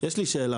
יש לי שאלה.